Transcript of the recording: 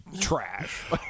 trash